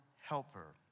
helper